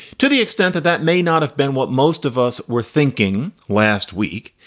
to the extent that that may not have been what most of us were thinking last week,